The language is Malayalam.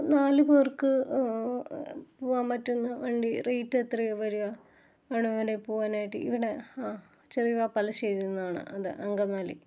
നാല് പേര്ക്ക് പോകാൻ പറ്റുന്ന വണ്ടി റേയ്റ്റ് എത്രയാണ് വരിക ആണോ അവിടെ വരെ പോകാനായിട്ട് ഇവിടെ ആ ചെറുവാ പല്ലശ്ശേരിയില് നിന്നാണ് അതേ അങ്കമാലി